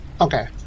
Okay